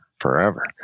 forever